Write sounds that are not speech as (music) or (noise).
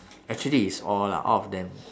actually is all lah all of them (breath)